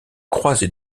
croisée